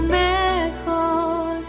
mejor